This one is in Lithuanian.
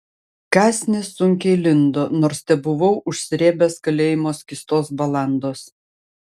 kąsnis sunkiai lindo nors tebuvau užsrėbęs kalėjimo skystos balandos